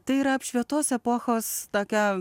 tai yra apšvietos epochos tokia